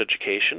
education